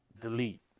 delete